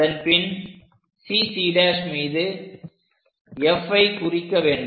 அதன்பின் CC' மீது Fஐ குறிக்க வேண்டும்